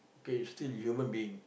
okay you still a human being